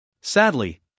Sadly